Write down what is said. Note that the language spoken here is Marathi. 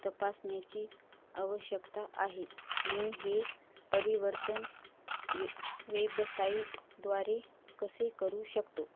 तपासण्याची आवश्यकता आहे मी हे परिवर्तन वे वेबसाईट द्वारे कसे करू शकतो